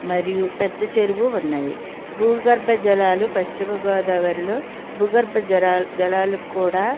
మరి పెద్ద చెరువు ఉన్నాయి భూగర్భ జలాలు పశ్చిమగోదావరిలో భూగర్భ జలాల జలాలకు కూడా